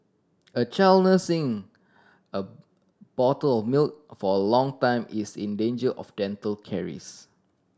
a child nursing a bottle of milk for a long time is in danger of dental caries